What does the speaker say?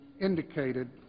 indicated